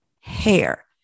hair